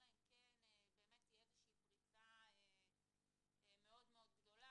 אלא אם כן תהיה איזושהי פריצה מאוד מאוד גדולה.